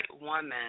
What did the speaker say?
woman